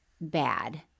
bad